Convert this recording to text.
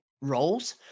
roles